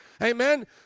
Amen